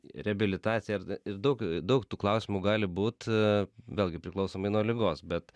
reabilitacija ir ir daug daug tų klausimų gali būt vėlgi priklausomai nuo ligos bet